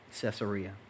Caesarea